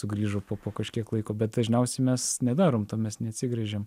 sugrįžo po po kažkiek laiko bet dažniausiai mes nedarom to mes neatsigręžėm